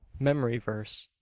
memory verse,